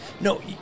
no